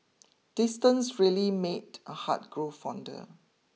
distance really made a heart grow fonder